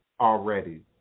already